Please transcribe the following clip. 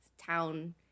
Town